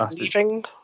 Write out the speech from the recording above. leaving